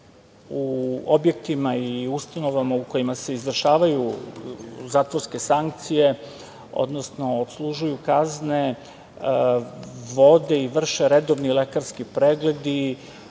u objektima i ustanovama u kojima se izvršavaju zatvorske sankcije, odnosno, odslužuju kazne, vode i vrše redovni lekarski pregledi,